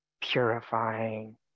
purifying